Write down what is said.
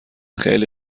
خیلی